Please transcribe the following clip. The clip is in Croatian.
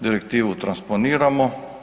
Direktivu transponiramo.